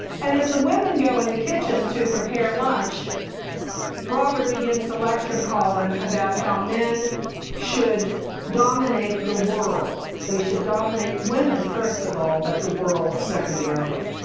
and as the women go in the kitchen to prepare lunch robert begins to lecture colin about how men should dominate the world. they should dominate women first of all, but the world secondarily.